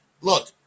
look